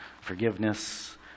forgiveness